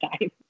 time